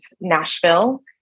Nashville